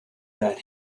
that